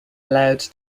allowed